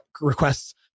requests